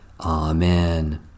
Amen